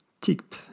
tip